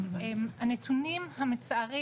הנתונים המצערים,